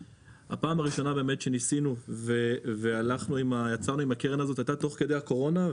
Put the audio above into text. הפעם הראשונה שניסינו ויצרנו עם הקרן הזאת הייתה תוך כדי הקורונה,